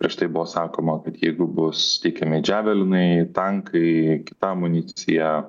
prieš tai buvo sakoma kad jeigu bus teikiami džiavelinai tankai kita amunicija